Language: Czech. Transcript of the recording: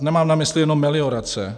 Nemám na mysli jenom meliorace.